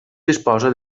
disposa